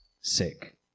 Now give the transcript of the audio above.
sick